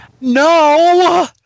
No